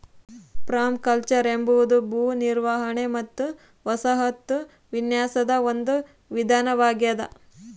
permaculture ಎಂಬುದು ಭೂ ನಿರ್ವಹಣೆ ಮತ್ತು ವಸಾಹತು ವಿನ್ಯಾಸದ ಒಂದು ವಿಧಾನವಾಗೆದ